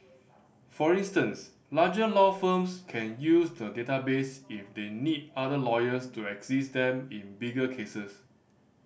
for instance larger law firms can use the database if they need other lawyers to assist them in bigger cases